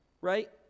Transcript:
right